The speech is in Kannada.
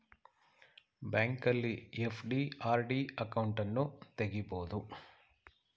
ಬ್ಯಾಂಕಲ್ಲಿ ಎಫ್.ಡಿ, ಆರ್.ಡಿ ಅಕೌಂಟನ್ನು ತಗಿಬೋದು